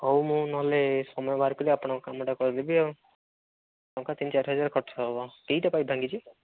ହଉ ମୁଁ ନହେଲେ ସମୟ ବାହାର କରି ଆପଣଙ୍କ କାମଟା କରିଦେବି ଆଉ ଟଙ୍କା ତିନି ଚାରି ଆଠହଜାର ଖର୍ଚ୍ଚ ହେବ ଦୁଇଟା ପାଇପ୍ ଭାଙ୍ଗିଛି